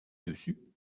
dessus